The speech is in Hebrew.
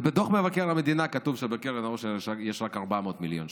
ובדוח מבקר המדינה כתוב שבקרן העושר יש רק 400 מיליון שקלים.